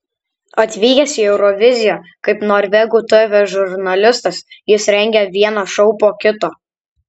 atvykęs į euroviziją kaip norvegų tv žurnalistas jis rengia vieną šou po kito